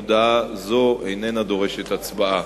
הודעה זו איננה דורשת הצבעה.